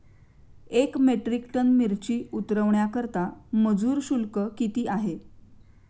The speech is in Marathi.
एक मेट्रिक टन मिरची उतरवण्याकरता मजूर शुल्क किती आहे?